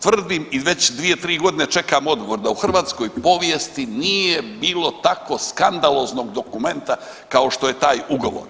Tvrdim i već 2-3.g. čekam odgovor da u hrvatskoj povijesti nije bilo tako skandaloznog dokumenta kao što je taj ugovor.